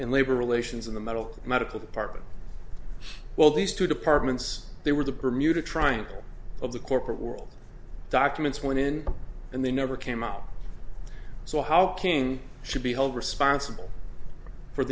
and labor relations in the middle medical department well these two departments they were the bermuda triangle of the corporate world documents went in and they never came out so how king should be held responsible for